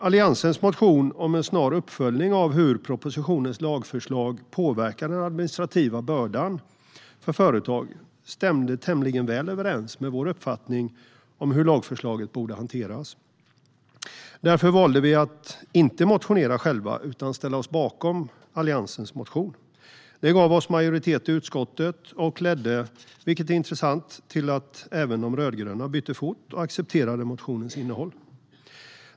Alliansens motion om en snar uppföljning av hur propositionens lagförslag påverkar den administrativa bördan för företag stämde tämligen väl överens med vår uppfattning om hur lagförslaget borde hanteras. Därför valde vi att inte motionera själva utan ställa oss bakom Alliansens motion. Det gav oss majoritet i utskottet och ledde till, vilket är intressant, att även de rödgröna bytte fot och accepterade motionens innehåll.